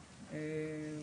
שעה.